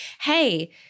hey